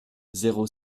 zéro